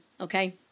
okay